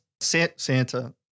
Santa